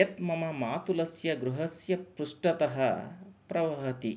यत् मम मातुलस्य गृहस्य पृष्ठतः प्रवहति